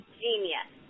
genius